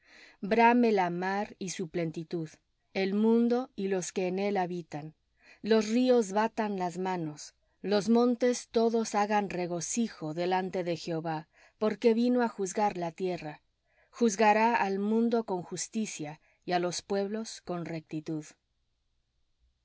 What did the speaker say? la mar y su plenitud el mundo y los que en él habitan los ríos batan las manos los montes todos hagan regocijo delante de jehová porque vino á juzgar la tierra juzgará al mundo con justicia y á los pueblos con rectitud